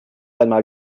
einmal